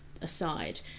aside